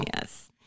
Yes